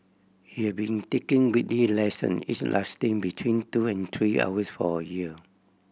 he have been taking weekly lesson each lasting between two and three hours for a year